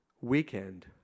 weekend